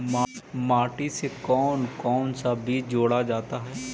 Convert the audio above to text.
माटी से कौन कौन सा बीज जोड़ा जाता है?